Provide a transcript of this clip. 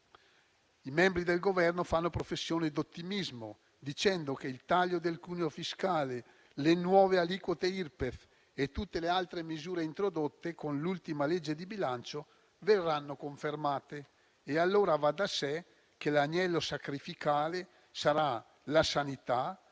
I membri del Governo fanno professione di ottimismo, dicendo che il taglio del cuneo fiscale, le nuove aliquote IRPEF e tutte le altre misure introdotte con l'ultima legge di bilancio verranno confermate. Allora va da sé che l'agnello sacrificale sarà la sanità, saranno